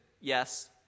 yes